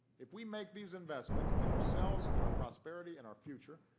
if we make these investments in ourselves and our prosperity and our future,